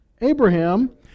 Abraham